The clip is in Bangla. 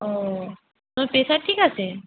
ও তোমার প্রেশার ঠিক আছে